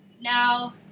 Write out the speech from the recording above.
Now